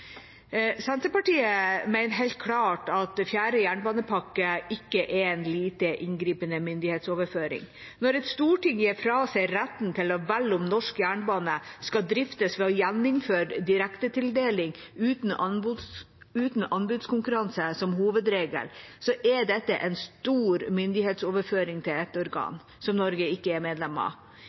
Senterpartiet mener helt klart at fjerde jernbanepakke ikke er en «lite inngripende myndighetsoverføring». Når et storting gir fra seg retten til å velge om norsk jernbane skal driftes ved å gjeninnføre direktetildeling uten anbudskonkurranse som hovedregel, er dette en stor myndighetsoverføring til et organ som Norge ikke er medlem av.